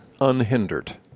unhindered